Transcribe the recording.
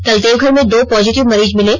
कल देवघर में दो पॉजिटिव मरीज मिले